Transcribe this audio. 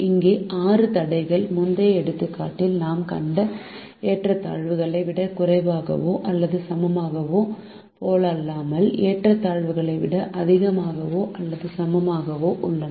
இங்கே 6 தடைகள் முந்தைய எடுத்துக்காட்டில் நாம் கண்ட ஏற்றத்தாழ்வுகளை விட குறைவாகவோ அல்லது சமமாகவோ போலல்லாமல் ஏற்றத்தாழ்வுகளை விட அதிகமாகவோ அல்லது சமமாகவோ உள்ளன